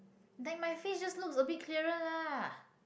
like my face just looks a bit clearer lah